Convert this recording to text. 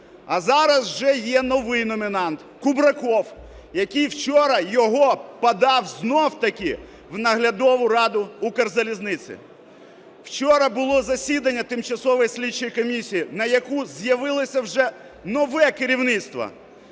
А зараз вже є новий номінант – Кубраков, який вчора його подав знов-таки в наглядову раду Укрзалізниці. Вчора було засідання тимчасової слідчої комісії, на яке з'явилося вже нове керівництво.